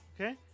Okay